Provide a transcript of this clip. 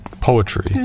poetry